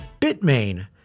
Bitmain